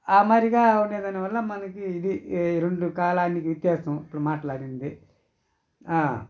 ఆ మాదిరిగా ఉండేదాని వల్ల మనకి ఇది రెండు కాలాలకి వ్యత్యాసం ఇప్పుడు మాటలాడింది